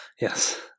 Yes